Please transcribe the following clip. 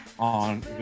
on